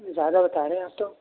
زیادہ بتا رہے ہیں آپ تو